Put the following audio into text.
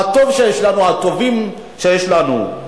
הטובים שיש לנו,